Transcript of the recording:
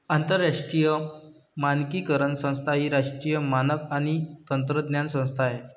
आंतरराष्ट्रीय मानकीकरण संस्था ही राष्ट्रीय मानक आणि तंत्रज्ञान संस्था आहे